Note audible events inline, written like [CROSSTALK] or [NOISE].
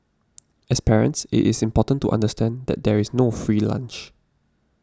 [NOISE] as parents it is important to understand that there is no free lunch